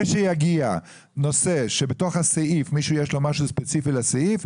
כאשר יגיע נושא שהוא בתוך הסעיף ומישהו רוצה לו מר משהו ספציפי לסעיף,